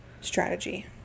strategy